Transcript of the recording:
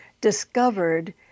discovered